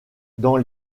dans